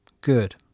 good